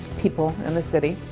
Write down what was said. people and the city.